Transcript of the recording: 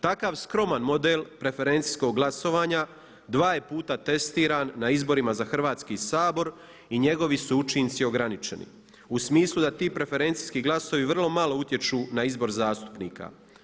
Takav skroman model preferencijskog glasovanja dva je puta testiran na izborima za Hrvatski sabor i njegovi su učinci ograničeni u smislu da ti preferencijski glasovi vrlo malo utječu na izbor zastupnika.